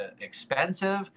expensive